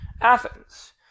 Athens